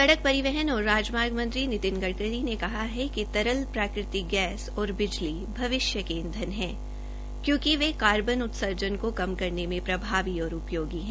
सड़क परिवहन और राजमार्ग मंत्री नितिन गडकरी ने कहा है कि तरल प्राकृतिक गैस और बिजली भविष्य के ईंधन है क्योंकि वे कार्बन उत्सर्जन को कम करने में प्रभावी और उपयोगी है